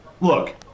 look